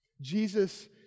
Jesus